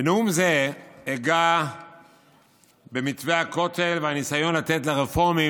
בנאום זה אגע במתווה הכותל ובניסיון לתת לרפורמים